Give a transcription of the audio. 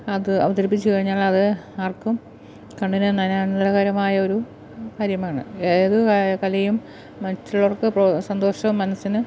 അത് അവതരിപ്പിച്ചു കഴിഞ്ഞാൽ അത് ആർക്കും കണ്ണിനു നയനാനന്ദകരമായ ഒരു കാര്യമാണ് ഏത് ക കലയും മറ്റുള്ളവർക്ക് സന്തോഷവും മനസ്സിന്